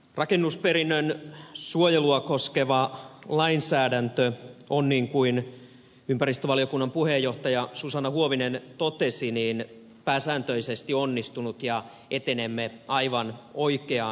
rakennusperinnön suojelua koskeva lainsäädäntö on niin kuin ympäristövaliokunnan puheenjohtaja susanna huovinen totesi pääsääntöisesti onnistunut ja etenemme aivan oikeaan suuntaan